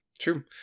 true